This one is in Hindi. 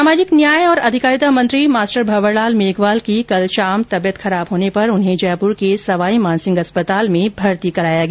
सामाजिक न्याय और अधिकारिता मंत्री मास्टर भंवर लाल मेघवाल की कल शाम तबियत खराब होने पर उन्हें जयपुर के सवाईमानसिंह अस्पताल में भर्ती किया गया